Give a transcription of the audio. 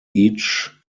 each